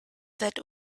that